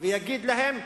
ויגיד להם: